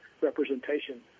representation